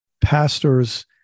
pastors